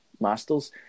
Masters